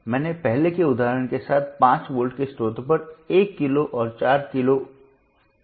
मैंने पहले के उदाहरण के साथ 5 वोल्ट के स्रोत पर 1 किलो और 4 किलो लिया है